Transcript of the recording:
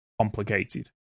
complicated